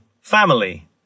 family